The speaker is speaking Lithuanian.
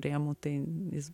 rėmų tai jis